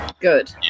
Good